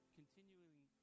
continuing